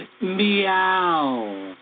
Meow